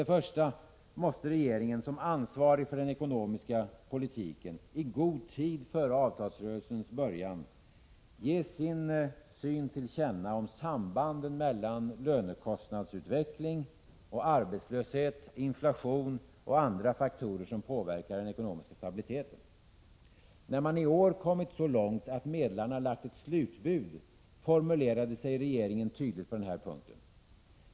Regeringen måste, som ansvarig för den ekonomiska politiken, i god tid före avtalsrörelsens början ge sin syn till känna om sambanden mellan lönekostnadsutveckling och arbetslöshet, inflation och andra faktorer som påverkar den ekonomiska stabiliteten. När man i år kommit så långt att medlarna lagt ett slutbud, formulerade sig regeringen tydligt på den här punkten.